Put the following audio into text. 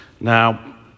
Now